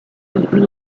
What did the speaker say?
比例